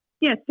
Yes